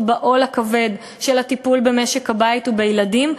בעול הכבד של הטיפול במשק הבית ובילדים,